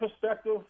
perspective